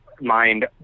mind